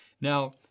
Now